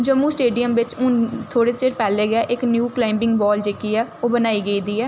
Jammu stadium बिच्च हून थोह्ड़े चिर पैह्लें गै इक न्यू कलाइंबिंग वाल जेह्की ओह् बनाई गेदी ऐ